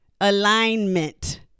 alignment